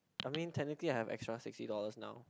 I mean technically I have extra sixty dollars now